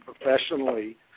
professionally